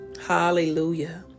hallelujah